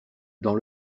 dans